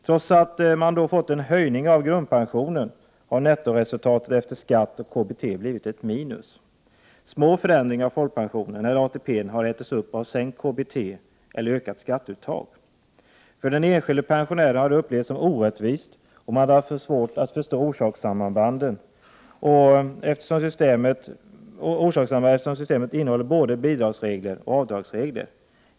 Trots att de har fått en höjning av grundpensionen har nettoresultatet efter skatt och KBT blivit ett minus. Små höjningar av folkpension eller ATP har ätits upp av sänkt KBT eller ökat skatteuttag. För den enskilde pensionären har detta upplevts som orättvist, och han har haft svårt att förstå orsakssambanden, eftersom systemet innehåller både bidrags regler och avdragsregler.